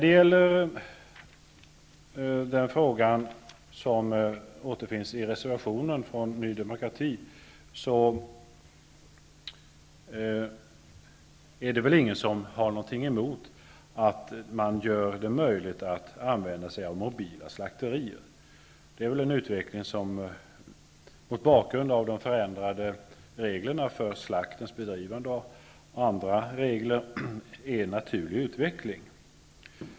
Beträffande den fråga som återfinns i Ny demokratis reservation är det väl ingen som har någonting emot att man gör det möjligt att använda sig av mobila slakterier. Det är mot bakgrund av de förändrade reglerna för slakteriers bedrivande och andra regler en naturlig utveckling.